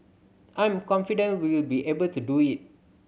I'm confident we'll be able to do it